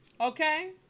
Okay